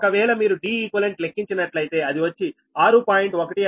ఒకవేళ మీరు Deq లెక్కించినట్లయితే అది వచ్చి 6